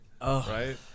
right